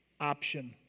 option